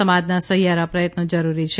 સમાજના સહિયારા પ્રયત્નો જરૂરી છે